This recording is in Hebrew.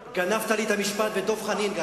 גנבת לי את המשפט, וגם את דב חנין.